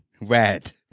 red